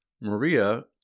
Maria